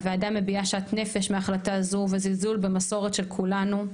הוועדה מביאה שאט נפש מהחלטה זו וזלזול במסורת של כולנו,